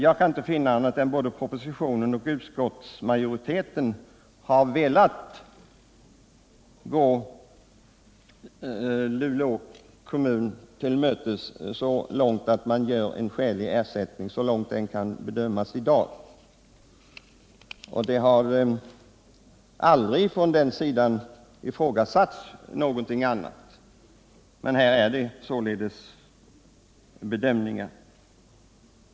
Jag kan inte finna annat än att både departementschefen och utskottsmajoriteten med sina förslag har velat gå Luleå kommun till mötes genom att ge ersättning så långt som denna kan bedömas vara erforderlig i dag. På majoritetssidan har aldrig ifrågasatts annat än skälighet härvidlag.